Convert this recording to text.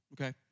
Okay